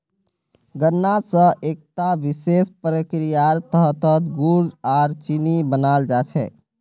गन्ना स एकता विशेष प्रक्रियार तहतत गुड़ आर चीनी बनाल जा छेक